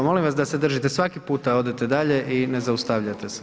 Molim vas da se držite, svaki put odete dalje i ne zaustavljate se.